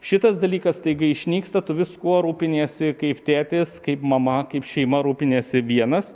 šitas dalykas staiga išnyksta tu viskuo rūpiniesi kaip tėtis kaip mama kaip šeima rūpiniesi vienas